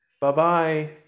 Bye-bye